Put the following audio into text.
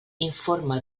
informe